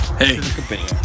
Hey